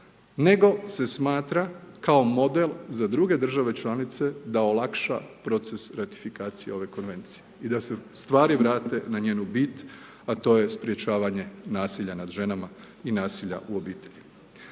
nego se smatra kao model za druge države članice da olakša proces ratifikacije ove Konvencije i da se stvari vrate na njenu bit a to je sprječavanje nasilja nad ženama i nasilja u obitelji.